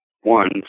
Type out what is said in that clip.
one